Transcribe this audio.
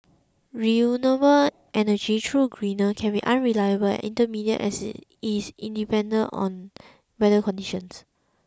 renewable energy though greener can be unreliable intermittent as is independent on weather conditions